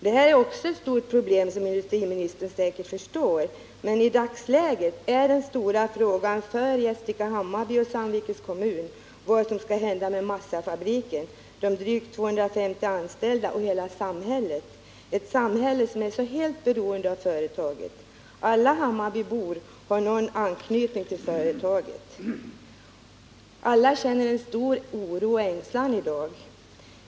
Som industriministern säkert förstår är även detta ett stort problem, men i dagsläget är den stora frågan för Gästrike-Hammarby och Sandvikens kommun vad som skall hända med massafabriken, med de drygt 250 anställda och hela samhället, ett samhälle som är så helt beroende av företaget. Alla hammarbybor har någon anknytning till företaget. Alla känner i dag stor oro och ängslan.